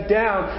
down